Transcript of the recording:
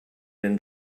been